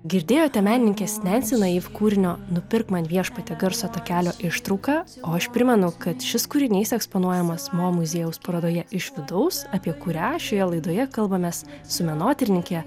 girdėjote menininkės nensi naif kūrinio nupirk man viešpatie garso takelio ištrauką o aš primenu kad šis kūrinys eksponuojamas mo muziejaus parodoje iš vidaus apie kurią šioje laidoje kalbamės su menotyrininke